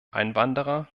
einwanderer